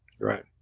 Right